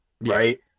Right